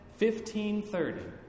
1530